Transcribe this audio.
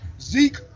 Zeke